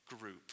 group